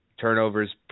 Turnovers